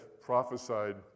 prophesied